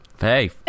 hey